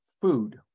food